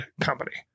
company